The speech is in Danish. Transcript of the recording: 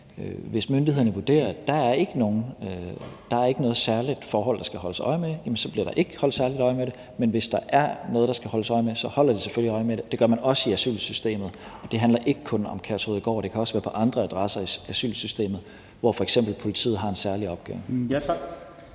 hvis myndighederne vurderer, at der ikke er noget særligt forhold, der skal holdes øje med, jamen så vil der ikke blive holdt særlig øje med det. Men hvis der er noget, der skal holdes øje med, så holder de selvfølgelig øje med det. Det gør man også i asylsystemet, og det handler ikke kun om Kærshovedgård. Det kan også være på andre adresser i asylsystemet, hvor f.eks. politiet har en særlig opgave.